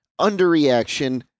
Underreaction